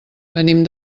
venim